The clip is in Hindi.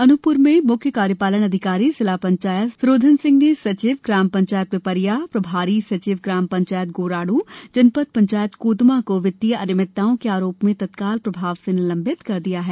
अन्पप्र में म्ख्य कार्यपालन अधिकारी ज़िला पंचायत सरोधन सिंह ने सचिव ग्राम पंचायत पिपरिया प्रभारी सचिव ग्राम पंचायत गोड़ारू जनपद पंचायत कोतमा को वित्तीय अनियमितताओं के आरोप में तत्काल प्रभाव से निलम्बित कर दिया है